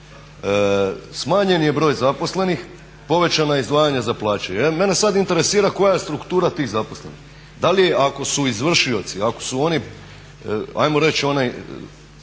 Smanjen je broj zaposlenih, povećana izdvajanja za plaće. Mene sad interesira koja je struktura tih zaposlenih? Da li ako su izvršioci, ako su oni ajmo reći onaj